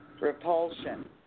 Repulsion